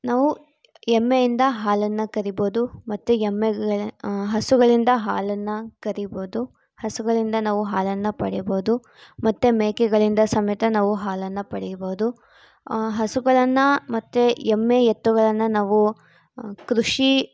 ನಾವು ಎಮ್ಮೆಯಿಂದ ಹಾಲನ್ನು ಕರಿಬೋದು ಮತ್ತು ಎಮ್ಮೆಗಳ್ ಹಸುಗಳಿಂದ ಹಾಲನ್ನು ಕರಿಬೋದು ಹಸುಗಳಿಂದ ನಾವು ಹಾಲನ್ನು ಪಡಿಬೋದು ಮತ್ತು ಮೇಕೆಗಳಿಂದ ಸಮೇತ ನಾವು ಹಾಲನ್ನು ಪಡಿಬೋದು ಹಸುಗಳನ್ನು ಮತ್ತು ಎಮ್ಮೆ ಎತ್ತುಗಳನ್ನು ನಾವು ಕೃಷಿ